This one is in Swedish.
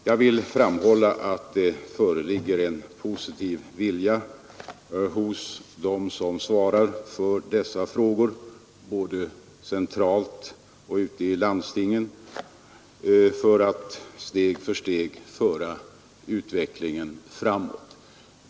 Jag vill framhålla att det föreligger en positiv vilja hos dem som svarar för dessa frågor, både centralt och ute i landstingen, att steg för steg föra utvecklingen framåt.